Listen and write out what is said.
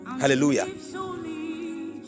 Hallelujah